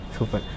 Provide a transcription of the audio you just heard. Super